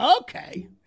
Okay